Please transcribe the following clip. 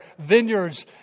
vineyards